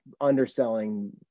underselling